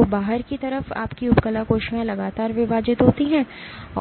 तो बाहर की तरफ आपकी उपकला कोशिकाएँ लगातार विभाजित होती हैं